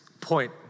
point